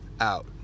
out